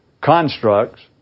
constructs